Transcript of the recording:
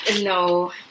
No